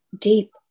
deep